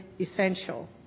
essential